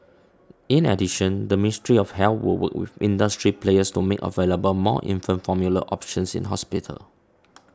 in addition the Ministry of Health will work with industry players to make available more infant formula options in hospitals